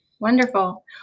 Wonderful